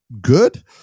good